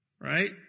right